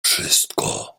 wszystko